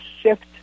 shift